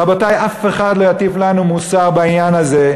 רבותי, אף אחד לא יטיף לנו מוסר בעניין הזה,